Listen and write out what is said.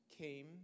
came